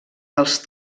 dels